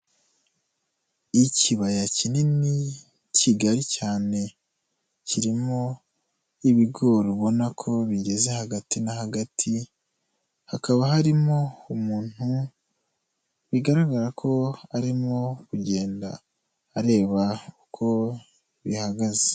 Ikibaya kinini kigari cyane kirimo ibigori ubona ko bigeze hagati na hagati, hakaba harimo umuntu bigaragara ko arimo kugenda areba uko bihagaze.